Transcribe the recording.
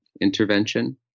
intervention